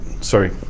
sorry